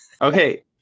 Okay